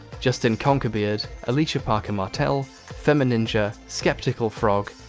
justin conquer beard, alicia parker martel femininja, skeptical frog,